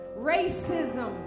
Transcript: racism